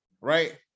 right